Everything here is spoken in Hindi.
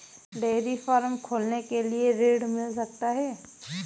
डेयरी फार्म खोलने के लिए ऋण मिल सकता है?